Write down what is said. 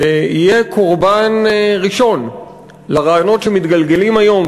שיהיה קורבן ראשון לרעיונות שמתגלגלים היום,